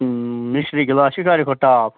مِشری glass چھِ سارِوٕے کھۄتہٕ ٹاپ